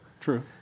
True